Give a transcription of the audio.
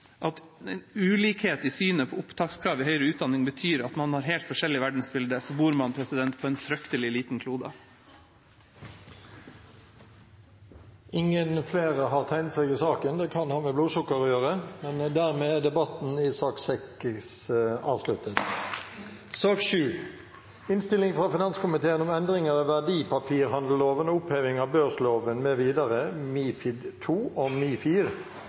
at ulikhet i synet på opptakskrav i høyere utdanning betyr at man har helt forskjellig verdensbilde, bor man på en fryktelig liten klode. Flere har ikke bedt om ordet til sak nr. 6. Det kan ha med blodsukker å gjøre. Etter ønske fra finanskomiteen vil presidenten foreslå at taletiden blir begrenset til 3 minutter til hver partigruppe og 3 minutter til medlemmer av regjeringen. Videre